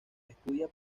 estudia